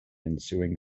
ensuing